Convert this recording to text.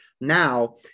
Now